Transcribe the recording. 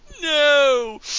no